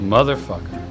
Motherfucker